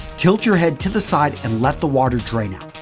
tilt your head to the side and let the water drain out.